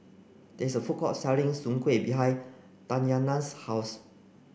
there is a food court selling soon Kueh behind Tatyanna's house